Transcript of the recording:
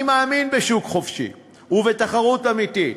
אני מאמין בשוק חופשי ובתחרות אמיתית,